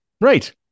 Right